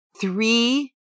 three